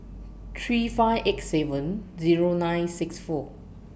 three five eight seven Zero nine six four